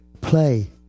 play